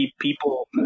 people